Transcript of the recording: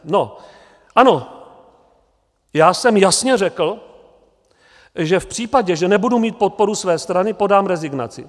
No ano, já jsem jasně řekl, že v případě, že nebudu mít podporu své strany, podám rezignaci.